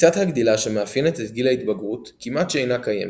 קפיצת הגדילה שמאפיינת את גיל ההתבגרות כמעט שאינה קיימת.